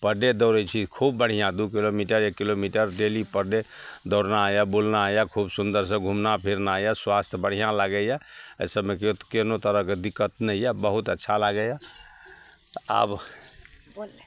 पर day दौड़ै छी खूब बढ़िआँ दुइ किलोमीटर एक किलोमीटर डेली पर डे दौड़ना यऽ बुलना यऽ खूब सुन्दरसे घुमना फिरना यऽ स्वास्थ्य बढ़िआँ लागैए एहि सबमे केओ केहनो तरहके दिक्कत नहि यऽ बहुत अच्छा लागैए तऽ आब